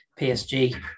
PSG